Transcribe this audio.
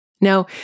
Now